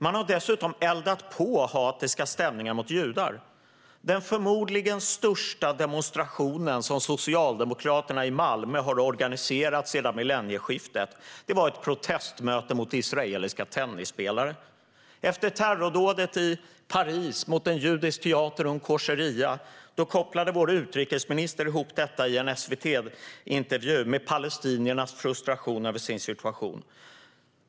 Man har dessutom eldat på hatiska stämningar mot judar. Den förmodligen största demonstration som Socialdemokraterna i Malmö har organiserat sedan millennieskiftet var ett protestmöte mot israeliska tennisspelare. Efter terrordådet i Paris mot en judisk teater och en kosheria kopplade vår utrikesminister ihop detta i en SVT-intervju med palestiniernas frustration över sin situation.